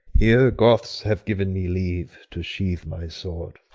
here goths have given me leave to sheathe my sword.